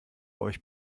euch